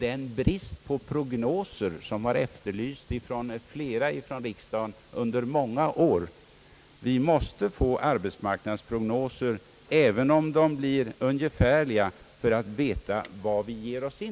Bristen på prognoser har påtalats från flera håll i riksdagen under många år. Vi måste få arbetsmarknadsprognoser, även om de blir ungefärliga, för att veta vad vi ger oss in